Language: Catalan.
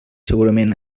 segurament